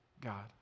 God